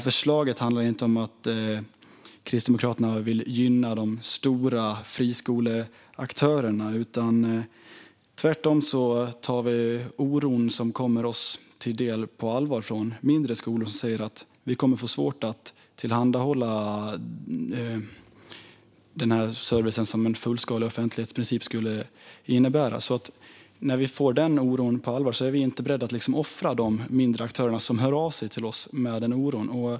Förslaget handlar inte om att Kristdemokraterna vill gynna de stora friskoleaktörerna. Tvärtom tar vi den oro som kommer oss till del på allvar. Mindre skolor säger att de kommer att få svårt att tillhandahålla den service som en fullskalig offentlighetsprincip skulle innebära. Vi är inte beredda att offra de mindre aktörerna, som hör av sig till oss med den oron.